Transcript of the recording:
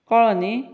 कळ्ळो न्ही